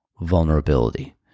vulnerability